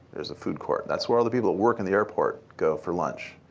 there's a food court. that's where all the people that work in the airport go for lunch.